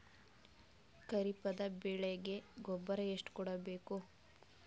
ಖರೀಪದ ಬೆಳೆಗೆ ಗೊಬ್ಬರ ಎಷ್ಟು ಕೂಡಬೇಕು?